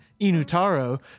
Inutaro